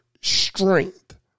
strength